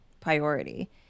priority